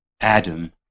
Adam